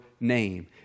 name